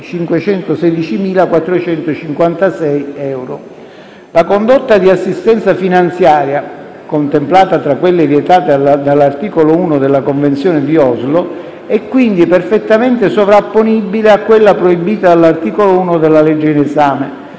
516.456. La condotta di "assistenza finanziaria" (contemplata tra quelle vietate dall'articolo 1 della Convenzione di Oslo) è quindi perfettamente sovrapponibile a quella proibita dall'articolo 1 della legge in esame,